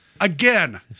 again